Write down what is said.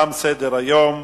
תם סדר-היום.